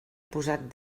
posat